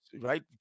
right